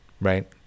right